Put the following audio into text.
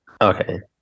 Okay